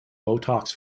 botox